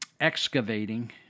excavating